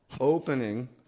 opening